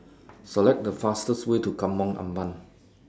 Select The fastest Way to Kampong Ampat